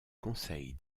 conseil